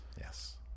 Yes